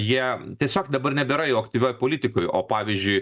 jie tiesiog dabar nebėra jau aktyvioj politikoj o pavyzdžiui